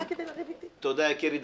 תודה, יקירי.